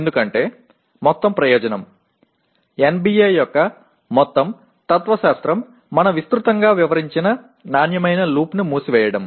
ఎందుకంటే మొత్తం ప్రయోజనం NBA యొక్క మొత్తం తత్వశాస్త్రం మనం విస్తృతంగా వివరించిన నాణ్యమైన లూప్ ను మూసివేయడం